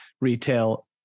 retail